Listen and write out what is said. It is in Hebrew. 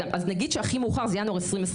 נגיד שהכי מאוחר זה ינואר 2024,